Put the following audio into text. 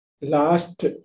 last